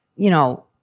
you know.